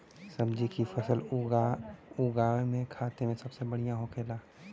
सब्जी की फसल उगा में खाते सबसे बढ़ियां कौन होखेला?